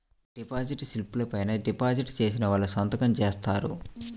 deposit స్లిపుల పైన deposit చేసిన వాళ్ళు సంతకం జేత్తారు